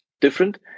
different